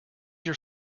your